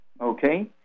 Okay